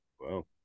Wow